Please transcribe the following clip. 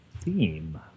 theme